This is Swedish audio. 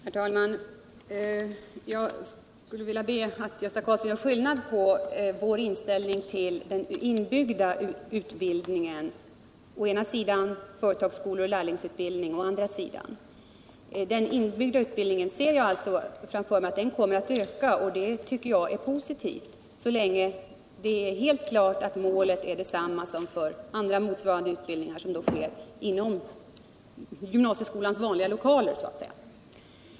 Herr talman! Jag skulle vilja be att Gösta Karlsson gör skillnad mellan vår inställning till den inbyggda utbildningen å ena sidan samt företagsskolor och lärlingsutbildning å andra sidan. Jag ser framför mig att den inbyggda utbildningen kommer att öka, och det tycker jag är positivt — så länge det är helt klart att målet är det samma som för andra motsvarande utbildningar som sker inom gymnasieskolans vanliga lokaler.